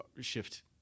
shift